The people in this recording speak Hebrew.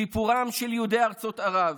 סיפורם של יהודי ארצות ערב